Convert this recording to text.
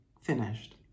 finished